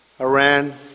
Iran